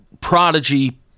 prodigy